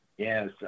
Yes